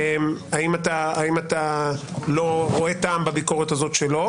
האם אתה לא רואה טעם בביקורת הזאת שלו?